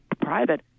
private